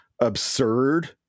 absurd